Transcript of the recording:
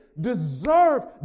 deserve